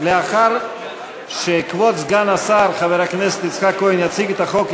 לאחר שכבוד סגן השר חבר הכנסת יצחק כהן יציג את החוק,